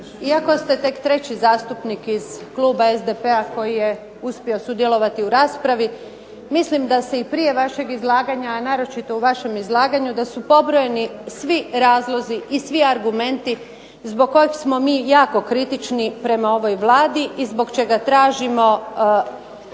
iako ste tek treći zastupnik iz kluba SDP-a koji je uspio sudjelovati u raspravi, mislim da se i prije vašeg izlaganja, a naročito u vašem izlaganju, da su pobrojeni svi razlozi i svi argumenti zbog kojeg smo mi jako kritični prema ovoj Vladi, i zbog čega tražimo